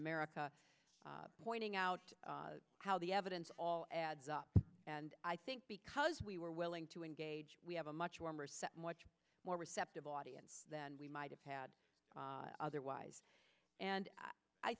america pointing out how the evidence all adds up and i think because we were willing to engage we have a much warmer set much more receptive audience than we might have had otherwise and i